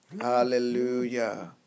Hallelujah